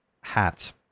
Hats